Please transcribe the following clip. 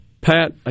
Pat